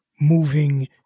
moving